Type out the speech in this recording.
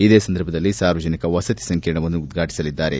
ಇದೇ ಸಂದರ್ಭದಲ್ಲಿ ಸಾರ್ವಜನಿಕ ವಸತಿ ಸಂಕೀರ್ಣವನ್ನು ಉದ್ವಾಟಸಲಿದ್ದಾರೆ